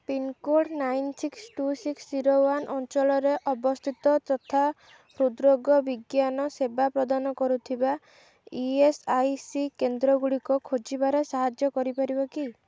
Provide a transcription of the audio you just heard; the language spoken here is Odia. pincode nine six two six zero one ଅଞ୍ଚଳରେ ଅବସ୍ଥିତ ତଥା ହୃଦ୍ରୋଗ ବିଜ୍ଞାନ ସେବା ପ୍ରଦାନ କରୁଥିବା ଇ ଏସ୍ ଆଇ ସି କେନ୍ଦ୍ରଗୁଡ଼ିକ ଖୋଜିବାରେ ସାହାଯ୍ୟ କରିପାରିବ କି